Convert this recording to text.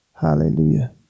Hallelujah